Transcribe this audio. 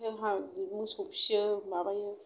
जोंहा मोसौ फिसियो माबायो